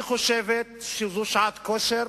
היא חושבת שזו שעת כושר.